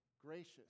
gracious